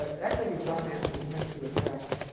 ah equity financing tends to attract